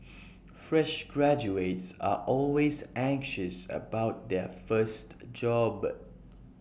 fresh graduates are always anxious about their first job